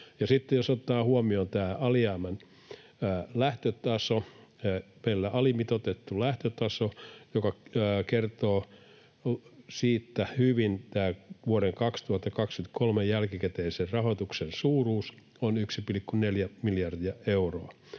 Sitten jos otetaan huomioon tämä alimitoitettu lähtötaso, niin siitä kertoo hyvin se, että vuoden 2023 jälkikäteisen rahoituksen suuruus on 1,4 miljardia euroa,